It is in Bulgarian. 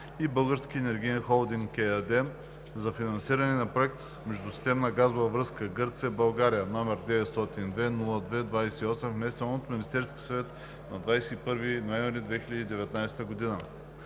и „Български енергиен холдинг“ ЕАД за финансиране на проект „Междусистемна газова връзка Гърция – България“, № 902-02-28, внесен от Министерския съвет на 21 ноември 2019г.